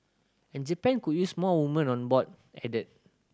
and Japan could use more women on board added